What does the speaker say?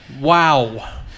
wow